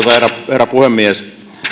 herra puhemies